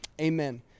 amen